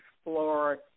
explore